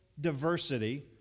diversity